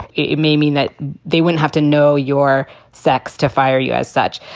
it may mean that they wouldn't have to know your sex to fire you as such.